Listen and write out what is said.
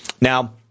Now